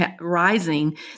rising